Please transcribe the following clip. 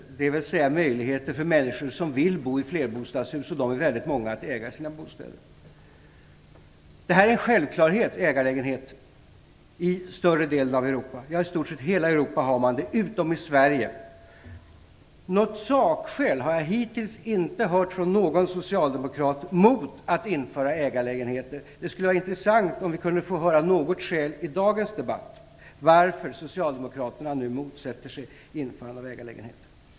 Det innebär att människor som bor i flerbostadshus äger sin bostad. Det är väldigt många människor som vill bo i flerbostadshus. Ägarlägenheter är en självklarhet i större delen av Europa. Det finns i stort sett i hela Europa, förutom i Sverige. Hittills har jag inte hört något sakskäl från någon socialdemokrat mot att införa ägarlägenheter. Det skulle vara intressant att i dagens debatt få höra något skäl till varför Socialdemokraterna motsätter sig införande av ägarlägenheter.